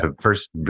First